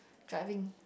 driving